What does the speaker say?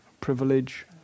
privilege